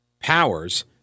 powers